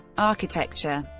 architecture